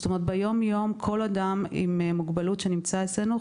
ביום-יום כל אדם עם מוגבלות שנמצא אצלנו,